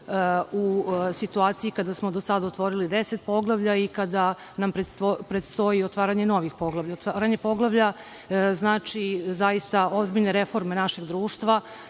u situaciji kada smo do sada otvorili deset poglavlja i kada nam predstoji otvaranje novih poglavlja. Otvaranje poglavlja znači zaista ozbiljne reforme našeg društva